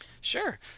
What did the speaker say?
Sure